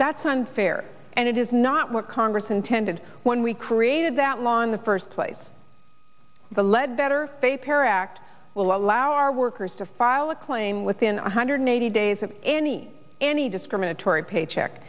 that's unfair and it is not what congress intended when we created that law in the first place the lead better paper act will allow our workers to file a claim within one hundred eighty days of any any discriminatory paycheck